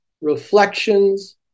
reflections